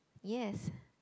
yes